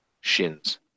shins